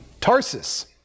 Tarsus